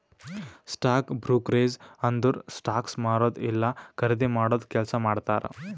stock brokerage ಅಂದುರ್ stocks ಮಾರದು ಇಲ್ಲಾ ಖರ್ದಿ ಮಾಡಾದು ಕೆಲ್ಸಾ ಮಾಡ್ತಾರ್